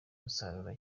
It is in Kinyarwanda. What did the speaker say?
gusarura